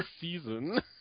season